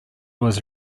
was